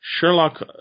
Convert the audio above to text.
Sherlock